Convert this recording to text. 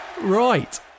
Right